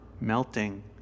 melting